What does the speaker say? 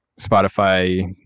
Spotify